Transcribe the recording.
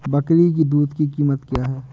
बकरी की दूध की कीमत क्या है?